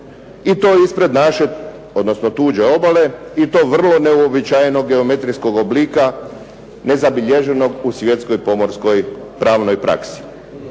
i to ispred naše odnosno tuđe obale i to vrlo neuobičajenog geometrijskog oblika nezabilježenog u svjetskoj pomorskoj pravnoj praksi.